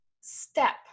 step